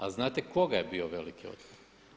A znate koga je bio veliki otpor?